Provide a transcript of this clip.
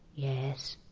yes.